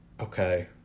Okay